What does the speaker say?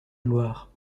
gloire